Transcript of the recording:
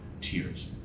tears